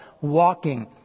walking